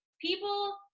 people